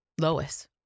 Lois